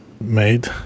made